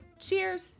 Cheers